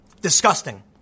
Disgusting